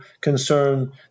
concern